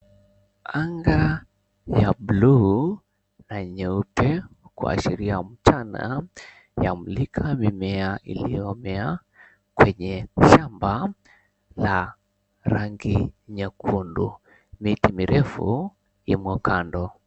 Anga ya buluu na nyeupe kuashiria mchana ya mulika mimea iliyomea kwenye shamba la rangi nyekundu, miti mirefu imo kando.